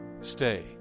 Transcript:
stay